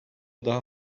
daha